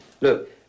Look